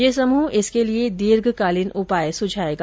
यह समूह इसके लिए दीर्घकालीन उपाय सुझायेगा